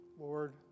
Lord